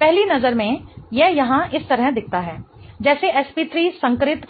पहली नज़र में यह यहाँ इस तरह दिखता है जैसे sp3 संकरित